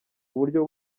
uburyo